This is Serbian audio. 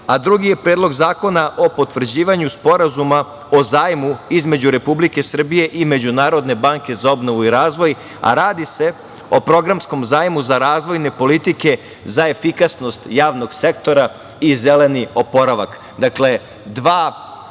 a drugi je Predlog zakona o potvrđivanju Sporazuma o zajmu između Republike Srbije i Međunarodne banke za obnovu i razvoj. Radi se o programskom zajmu za razvojne politike za efikasnost javnog sektora i zeleni oporavak.